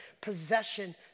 possession